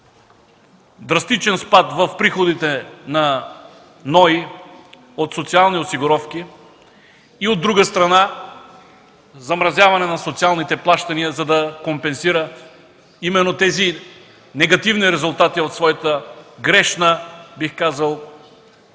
драстичен спад в приходите на НОИ от социални осигуровки и, от друга страна, замразяване на социалните плащания, за да компенсира именно тези негативни резултати от своята грешна, бих казал,